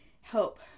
help